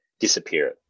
disappear